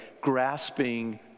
grasping